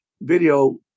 video